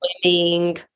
swimming